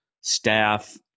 staff